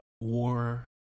war